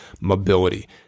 mobility